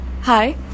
Hi